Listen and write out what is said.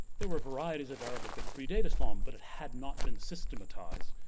there were varieties of arabic that predate islam, but it had not been systematized,